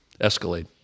Escalade